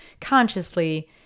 consciously